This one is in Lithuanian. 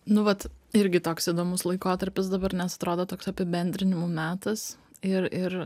nu vat irgi toks įdomus laikotarpis dabar nes atrodo toks apibendrinimų metas ir ir